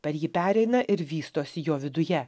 per jį pereina ir vystosi jo viduje